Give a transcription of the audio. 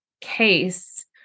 case